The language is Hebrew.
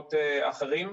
ובמקורות אחרים.